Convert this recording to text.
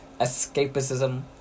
escapism